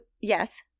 yes